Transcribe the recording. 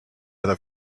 other